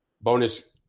Bonus